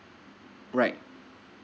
right